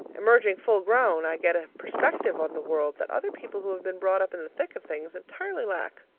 emerging full grown, i get a perspective on the world, that other people who have been brought up in the thick of things entirely lack.